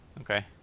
okay